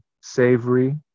savory